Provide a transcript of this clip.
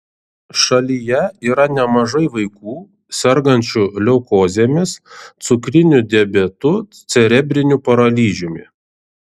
šalyje yra nemažai vaikų sergančių leukozėmis cukriniu diabetu cerebriniu paralyžiumi